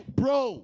bro